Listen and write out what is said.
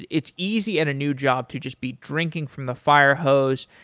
it's easy at a new job to just be drinking from the fire hose,